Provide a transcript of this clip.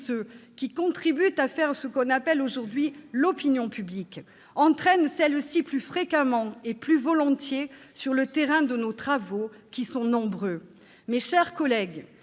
ceux qui contribuent à faire ce que l'on appelle aujourd'hui « l'opinion publique » entraînent celle-ci plus fréquemment et plus volontiers sur le terrain de nos travaux, qui sont nombreux. Mes chers collègues,